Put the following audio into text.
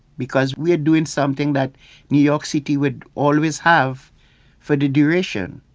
because we are doing something that new york city would always have for the duration.